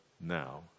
now